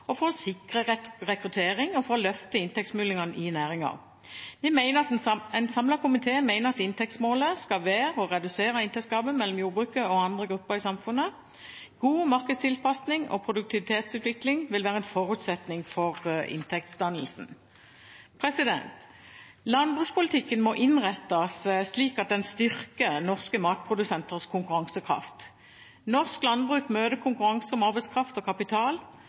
produksjonsmuligheter, for å sikre rekruttering og for å løfte inntektsmulighetene i næringen. En samlet komité mener at inntektsmålet skal være å redusere inntektsgapet mellom jordbruket og andre grupper i samfunnet. God markedstilpasning og produktivitetsutvikling vil være en forutsetning for inntektsdannelsen. Landbrukspolitikken må innrettes slik at den styrker norske matprodusenters konkurransekraft. Norsk landbruk møter konkurranse om arbeidskraft og kapital